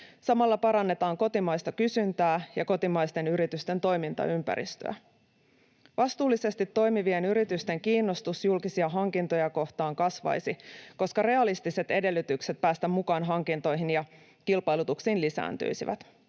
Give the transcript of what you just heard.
Samalla parannetaan kotimaista kysyntää ja kotimaisten yritysten toimintaympäristöä. Vastuullisesti toimivien yritysten kiinnostus julkisia hankintoja kohtaan kasvaisi, koska realistiset edellytykset päästä mukaan hankintoihin ja kilpailutuksiin lisääntyisivät.